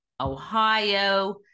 Ohio